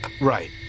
Right